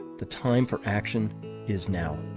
the time for action is now.